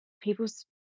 people's